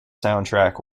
soundtrack